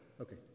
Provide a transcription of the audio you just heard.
Okay